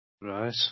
Right